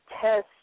test